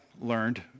learned